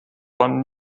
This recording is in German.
von